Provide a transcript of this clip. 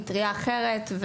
במטריה אחרת,